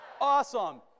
Awesome